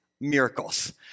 miracles